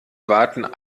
warten